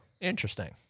Interesting